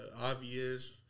Obvious